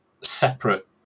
separate